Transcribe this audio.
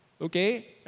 Okay